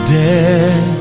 dead